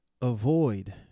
avoid